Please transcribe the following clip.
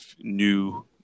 new